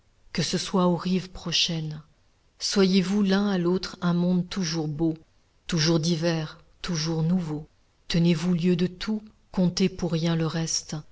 que ce soit aux rives prochaines soyez-vous l'un à l'autre un monde toujours beau toujours divers toujours nouveau tenez-vous lieu de tout comptez pour rien le reste